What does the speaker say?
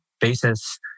basis